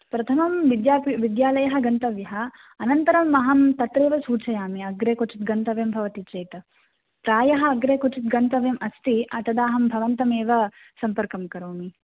प्रथमं विद्याक्रि विद्यालयः गन्तव्यः अनन्तरमहं तत्रैव सूचयामि अग्रे क्वचिद्गन्तव्यं भवति चेत् प्रायः अग्रे क्वचिद्गन्तव्यम् अस्ति तदाहं भवन्तम् एव सम्पर्कं करोमि